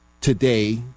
today